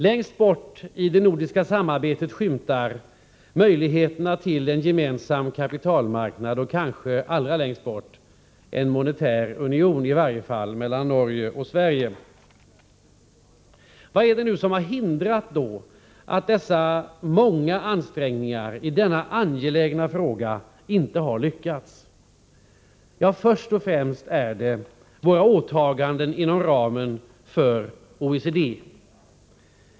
Långt borta i det nordiska samarbetet skymtar möjligheterna till en gemensam kapitalmarknad, och kanske allra längst bort, en monetär union, i varje fall mellan Norge och Sverige. Vad är det som har hindrat att de många ansträngningarna i denna angelägna fråga inte har lyckats? Först och främst är det våra åtaganden inom ramen för OECD.